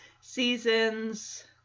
seasons